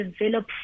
develop